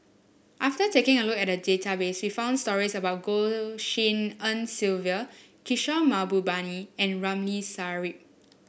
after taking a look at a database we found stories about Goh Tshin En Sylvia Kishore Mahbubani and Ramli Sarip